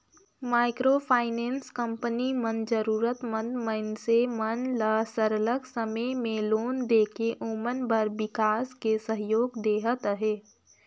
micro finance company मन जरूरत मंद मइनसे मन ल सरलग समे में लोन देके ओमन कर बिकास में सहयोग देहत अहे